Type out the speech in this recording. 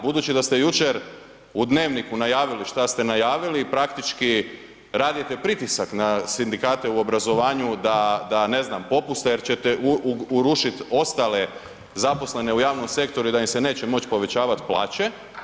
Budući da ste jučer u Dnevniku najavili šta ste najavili i praktički radite pritisak na sindikate u obrazovanju da ne znam popuste jer ćete urušiti ostale zaposlene u javnom sektoru i da im se neće moći povećavati plaće.